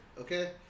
Okay